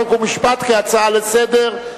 חוק ומשפט כהצעה לסדר-היום.